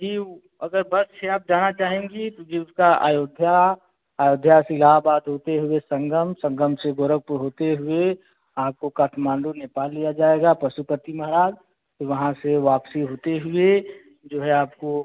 जी वह अगर बस से आप जाना चाहेंगी क्योंकि उसका अयोध्या अयोध्या से इलाहाबाद होते हुए संगम संगम से गोरखपुर होते हुए आपको काठमांडू नेपाल लिया जाएगा पशुपति महाराज फिर वहाँ से वापस होते हुए जो है आपको